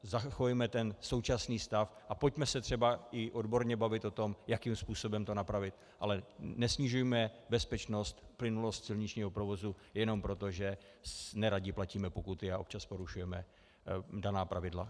Zachovejme současný stav a pojďme se třeba i odborně bavit o tom, jakým způsobem to napravit, ale nesnižujme bezpečnost, plynulost silničního provozu jenom proto, že neradi platíme pokuty a občas porušujeme daná pravidla.